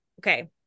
Okay